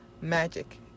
magic